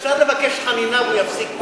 אפשר לבקש חנינה והוא יפסיק פה?